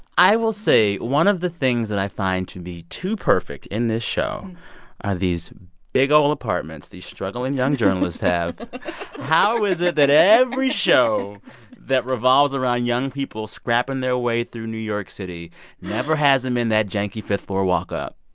i will say, one of the things that i find to be too perfect in this show are these big old apartments these struggling, young journalists have how is it that every show that revolves around young people scrapping their way through new york city never has them in that janky fifth-floor walk-up?